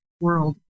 world